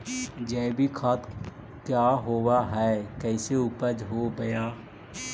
जैविक खाद क्या होब हाय कैसे उपज हो ब्हाय?